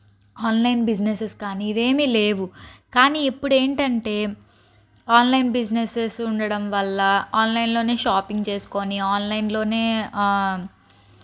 online businesses కానీ ఇవి ఏమి లేవు కానీ ఇప్పుడు ఏంటంటే ఆన్లైన్ బిజినెసెస్ ఉండడం వల్ల ఆన్లైన్లోనే షాపింగ్ చేసుకొని ఆన్లైన్లోనే